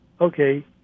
Okay